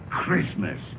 Christmas